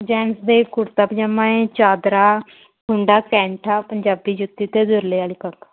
gents ਦੇ ਕੁੜਤਾ ਪਜਾਮਾ ਏ ਚਾਦਰਾ ਹੁੰਦਾ ਕੈਂਠਾ ਪੰਜਾਬੀ ਜੁੱਤੀ ਅਤੇ ਤੁਰਲੇ ਵਾਲੀ ਪੱਗ